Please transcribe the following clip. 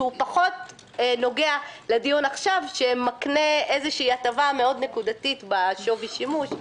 שפחות נוגע לדיון עכשיו שמקנה איזו הטבה נקודתית מאוד בשווי השימוש,